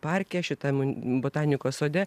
parke šitam botanikos sode